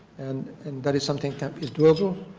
and and that is something that is doable.